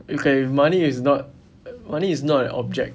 okay if money is not money is not an object